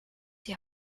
die